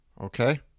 Okay